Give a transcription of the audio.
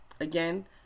Again